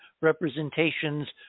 representations